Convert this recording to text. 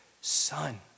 Son